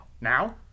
now